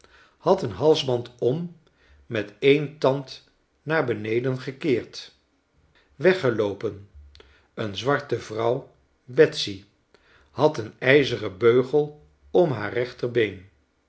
had een halsband om met een tand naar beneden gekeerd weggeloopen een zwarte vrouw betsy had een ijzeren beugel om haar rechterbeen